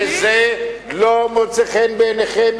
וזה לא מוצא חן בעיניכם,